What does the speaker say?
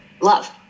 love